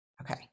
okay